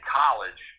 college